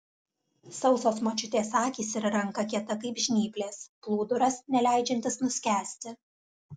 sausos močiutės akys ir ranka kieta kaip žnyplės plūduras neleidžiantis nuskęsti